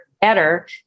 better